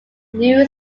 new